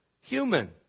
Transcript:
human